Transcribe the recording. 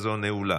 תודה.